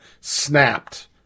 snapped